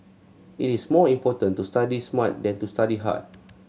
it is more important to study smart than to study hard